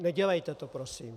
Nedělejte to prosím.